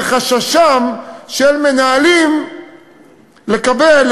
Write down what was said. וחששם של מנהלים לקבל,